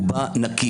הוא בא נקי,